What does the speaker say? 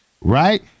right